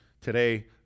today